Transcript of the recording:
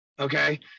Okay